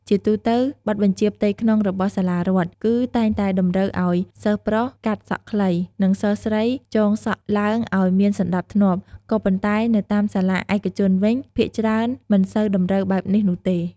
ជាទូទៅ បទបញ្ជាផ្ទៃក្នុងរបស់សាលារដ្ខ គឺតែងតែតម្រូវអោយសិស្សប្រុសកាត់សក់ខ្លី និងសិស្សស្រីចងសក់ឡើងអោយមានសណ្តាប់ធ្នាប់ ក៏ប៉ុន្តែនៅតាមសាលាឯកជនវិញភាគច្រើនមិនសូវតម្រូវបែបនិងនោះទេ។